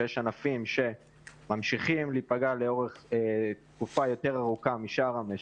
שיש ענפים שממשיכים להיפגע לאורך תקופה ארוכה יותר משאר המשק,